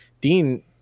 Dean